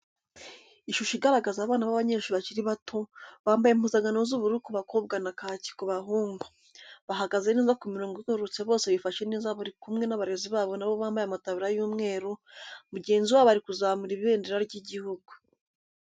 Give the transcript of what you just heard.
Ishusho igaragaza abana b'abanyeshuri bakiri bato, bambaye impuzankano z'ubururu ku bakobwa na kaki ku bahungu, bahagaze neza ku mirongo igororotse bose bifashe neza bari kumwe n'abarezi babo nabo bambaye amataburiya y'umweru, mugenzi wabo ari kuzamura ibendera ry'igihugu.